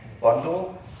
bundle